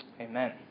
Amen